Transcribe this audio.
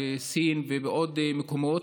בסין ובעוד מקומות.